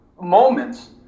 moments